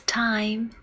time